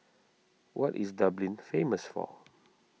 what is Dublin famous for